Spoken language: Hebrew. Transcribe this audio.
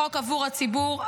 חוק עבור הציבור,